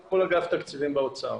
מול אגף התקציבים באוצר.